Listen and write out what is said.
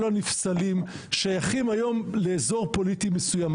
הנפסלים שייכים היום לאזור פוליטי מסוים.